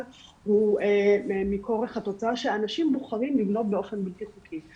הוא מכורח התוצאה שאנשים בוחרים לבנות באופן בלתי חוקי.